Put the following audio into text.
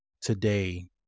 today